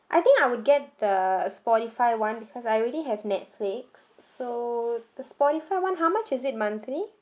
I think I will get the Spotify [one] because I already have Netflix so the Spotify [one] how much is it monthly